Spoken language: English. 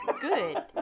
good